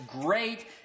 great